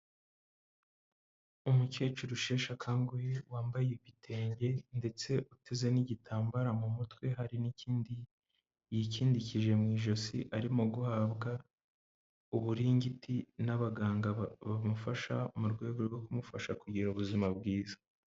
Umukecuru usheshe akanguhe, wambaye ibitenge ndetse uteze n'igitambaro mu mutwe, hari n'ikindi yikindikije mu ijosi, arimo guhabwa uburingiti n'abaganga bamufasha, mu rwego rwo kumufasha kugira ubuzima bwiza.